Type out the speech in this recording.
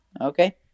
Okay